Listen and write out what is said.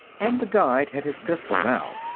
and the guide had his pistol, now.